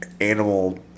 animal